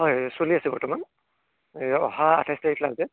হয় চলি আছে বৰ্তমান এই অহা আঠাইছ তাৰিখে আছে